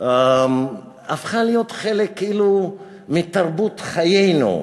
הפכה להיות כאילו חלק מתרבות חיינו,